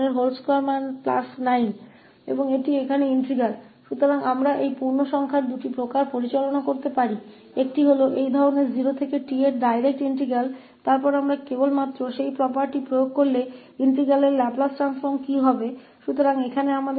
तो हम इन इंटीग्रल के दो प्रकारों को संभाल सकते हैं एक इस तरह का 0 से 𝑡 का यह प्रत्यक्ष इंटीग्रल है तो हम बस उस प्रॉपर्टी को लागू कर सकते हैं कि इंटीग्रल का लैपलेस ट्रांसफॉर्म क्या है